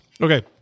Okay